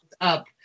up